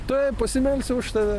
taip pasimelsiu už tave